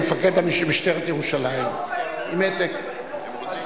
סיור בירושלים עם חברי ועדת הכלכלה,